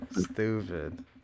Stupid